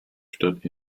stadt